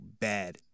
bad